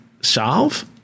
solve